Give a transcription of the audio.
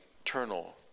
eternal